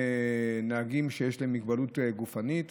נהגים שיש להם מוגבלות גופנית